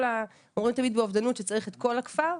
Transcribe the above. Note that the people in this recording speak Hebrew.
אומרים תמיד באובדנות שצריך את כל הכפר,